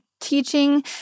teaching